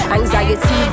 Anxiety